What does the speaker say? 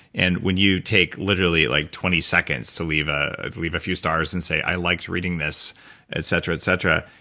and when you take literally like twenty seconds, to leave ah leave a few stars and say, i liked reading this et cetera, et cetera,